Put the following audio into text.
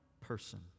person